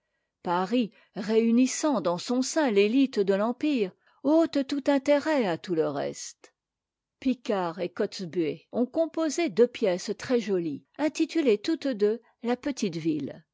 paris réunissant dans son sein l'élite de l'empire ôte tout intérêt à tout le reste picard et kotzebue ont composé deux pièces i très joties intitulées toutes deux la petite